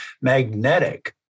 magnetic